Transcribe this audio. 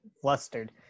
Flustered